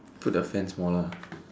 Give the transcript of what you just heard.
put the fans more lah